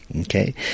Okay